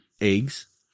eggs